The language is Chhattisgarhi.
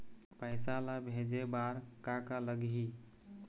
पैसा ला भेजे बार का का लगही?